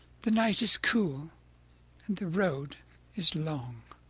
the night is cool and the road is long.